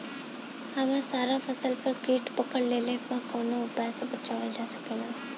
हमर सारा फसल पर कीट पकड़ लेले बा कवनो उपाय से बचावल जा सकेला?